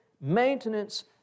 maintenance